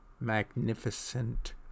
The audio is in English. Magnificent